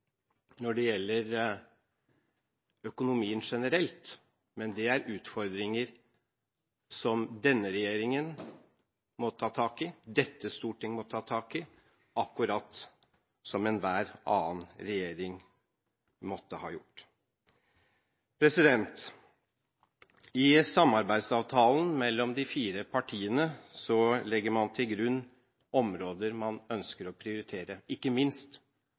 når det gjelder økonomien generelt, men det er utfordringer som denne regjeringen må ta tak i, dette storting må ta tak i, akkurat som enhver annen regjering måtte ha gjort. I samarbeidsavtalen mellom de fire partiene legger man til grunn områder man ønsker å prioritere, ikke minst